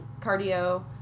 cardio